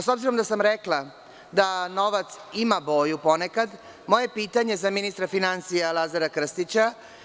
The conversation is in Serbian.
S obzirom, da sam rekla da novac ima boju ponekad, moje pitanje za ministra finansija Lazara Krstića.